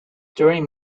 during